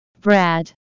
Brad